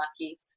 lucky